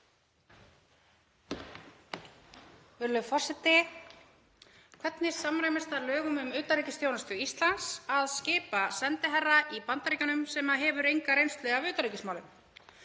forseti. Hvernig samræmist það lögum um utanríkisþjónustu Íslands að skipa sendiherra í Bandaríkjunum sem hefur enga reynslu af utanríkismálum?